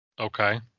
Okay